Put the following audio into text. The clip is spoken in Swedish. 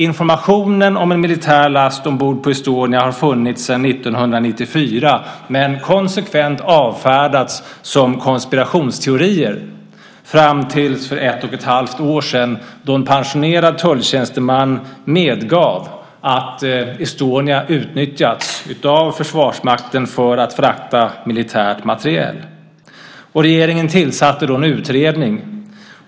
Informationen om en militär last ombord på Estonia har funnits sedan år 1994 men konsekvent avfärdats som konspirationsteorier fram till för ett och ett halvt år sedan då en pensionerad tulltjänsteman medgav att Estonia utnyttjats av Försvarsmakten för att frakta militär materiel. Regeringen tillsatte då en utredning.